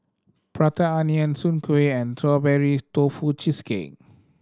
Prata Onion Soon Kuih and Strawberry Tofu Cheesecake